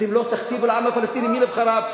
אתם לא תכתיבו לעם הפלסטיני מי נבחריו,